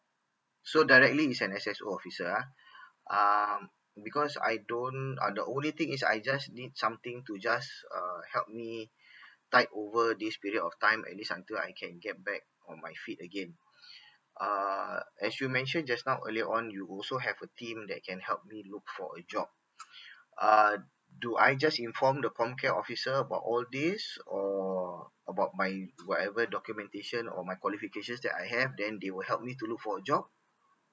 so directly is an S_S_O officer ah um because I don't uh the only thing is I just need something to just err help me tide over this period of time at least until I can get back on my feet again err as you mention just now earlier on you also have a team that can help me look for a job uh do I just inform the COMCARE officer about all this or about my whatever documentation or my qualifications that I have then they will help me to look for job